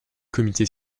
comité